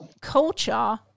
culture